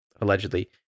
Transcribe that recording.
allegedly